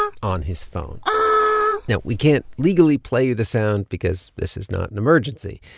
on on his phone now, we can't legally play you the sound because this is not an emergency,